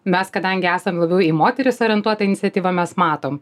mes kadangi esam labiau į moteris orientuota iniciatyva mes matom